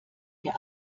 der